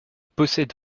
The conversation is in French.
possède